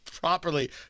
properly